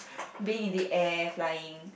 being in the air flying